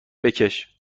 بکش